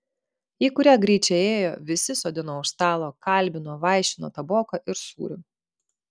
į kurią gryčią ėjo visi sodino už stalo kalbino vaišino taboka ir sūriu